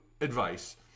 advice